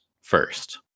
first